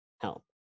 help